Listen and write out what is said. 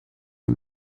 hai